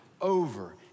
Over